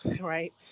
right